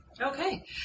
Okay